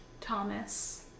Thomas